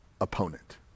opponent